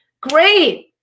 Great